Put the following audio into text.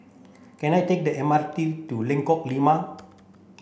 can I take the M R T to Lengkong Lima